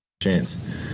chance